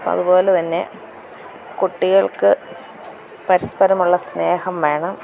അപ്പം അതുപോലെത്തന്നെ കുട്ടികൾക്ക് പരസ്പരമുള്ള സ്നേഹം വേണം